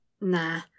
nah